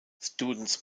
students